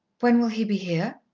when will he be here?